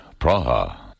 Praha